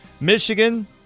Michigan